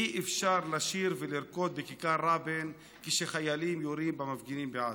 אי-אפשר לשיר ולרקוד בכיכר רבין כשחיילים יורים במפגינים בעזה.